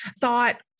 thought